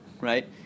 Right